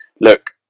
Look